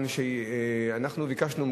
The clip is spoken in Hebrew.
אנחנו ביקשנו,